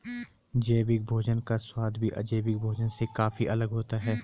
जैविक भोजन का स्वाद भी अजैविक भोजन से काफी अलग होता है